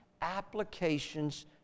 applications